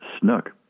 snook